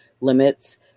limits